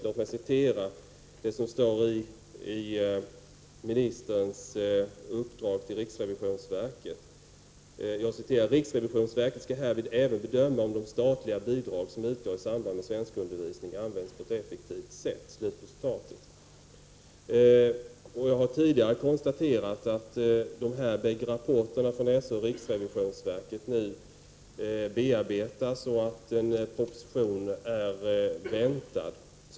Låt mig citera det som står i ministerns uppdrag till riksrevisionsverket: Riksrevisionsverket skall härvid även bedöma om de statliga bidrag som utgår i samband med svenskundervisningen används på ett effektivt sätt. Jag har tidigare konstaterat att dessa bägge rapporter från SÖ och riksrevisionsverket nu bearbetas och att en proposition är väntad.